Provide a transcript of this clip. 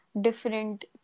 different